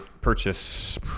purchase